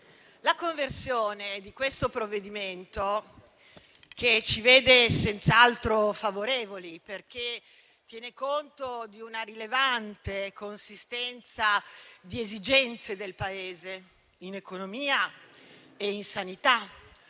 la conversione del provvedimento in esame, che ci vede senz'altro favorevoli, perché tiene conto di una rilevante consistenza di esigenze del Paese, in economia e in sanità,